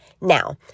Now